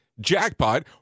jackpot